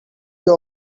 you